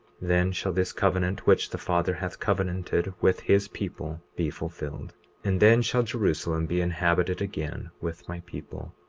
then shall this covenant which the father hath covenanted with his people be fulfilled and then shall jerusalem be inhabited again with my people,